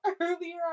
earlier